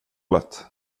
lätt